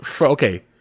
okay